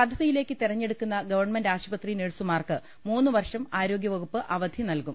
പദ്ധതിയിലേക്ക് തെരഞ്ഞെടുക്കുന്ന ഗവൺമെന്റ് ആശുപത്രി നഴ്സുമാർക്ക് മൂന്നുവർഷം ആരോഗൃവകുപ്പ് അവധി നൽകും